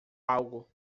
algo